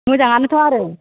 मोजाङानोथ' आरो